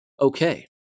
Okay